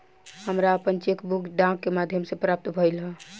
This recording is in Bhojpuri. हमरा आपन चेक बुक डाक के माध्यम से प्राप्त भइल ह